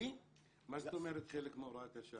מה זאת אומרת חלק מהוראת השעה?